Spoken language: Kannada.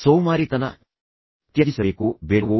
ಸೋಮಾರಿತನವನ್ನು ತ್ಯಜಿಸಬೇಕೋ ಬೇಡವೋ